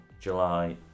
july